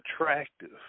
attractive